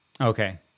Okay